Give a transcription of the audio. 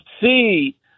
see